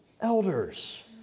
elders